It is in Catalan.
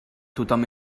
tothom